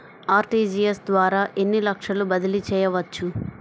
RTGS ద్వారా ఎన్ని లక్షలు బదిలీ చేయవచ్చు?